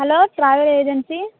hello travel agency